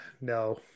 No